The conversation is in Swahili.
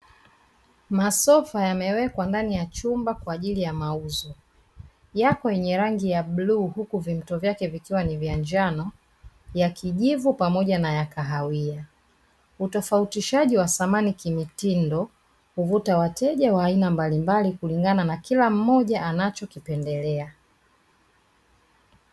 Masofa yamewekwa ndani ya chumba kwa ajili ya mauzo, yapo yenye rangi ya bluu huku vimto vyake vikiwa ni vya njano, ya kijivu pamoja na ya kahawia. Utofautishaji wa samani kimitindo huvuta wateja wa aina mbalimbali, kulingana na kila mmoja anachokipendelea.